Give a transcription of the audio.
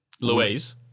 Louise